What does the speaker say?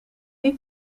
die